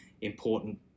important